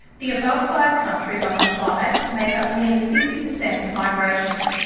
the above five countries on the slide make up nearly fifty per cent of migration,